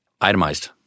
itemized